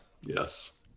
yes